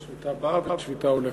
שביתה באה ושביתה הולכת.